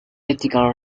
ethical